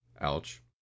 Ouch